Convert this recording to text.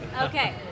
Okay